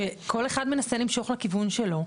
שכל אחד מנסה למשוך לכיוון שלו.